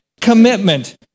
commitment